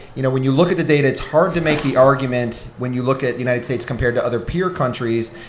you know, when you look at the data, it's hard to make the argument, when you look at the united states compared to other peer countries,